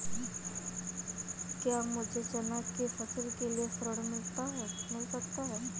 क्या मुझे चना की फसल के लिए ऋण मिल सकता है?